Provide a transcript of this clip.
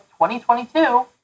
2022